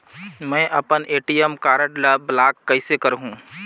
मै अपन ATM card ल ब्लाक कइसे करहूं?